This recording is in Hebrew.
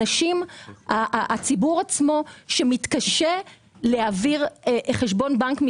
הציבור עצמו שמתקשה להעביר חשבון בנק,